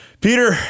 Peter